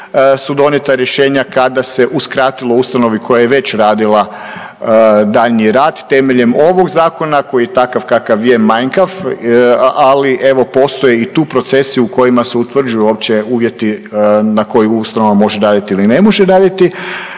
su donijeta rješenja kada se uskratilo ustanovi koja je već radila daljnji rad. Temeljem ovog zakona koji je takav kakav je manjkav, ali evo postoje i tu procesi u kojima se utvrđuju uopće uvjeti na koji ustanova može raditi ili ne može raditi.